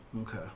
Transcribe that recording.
Okay